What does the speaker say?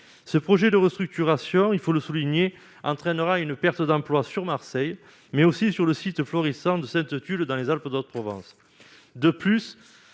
ce projet de restructuration, il faut le souligner, entraînera une perte d'emploi sur Marseille, mais aussi sur le site florissante de Sainte-Tulle dans les Alpes-de-Haute-Provence, de plus,